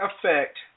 affect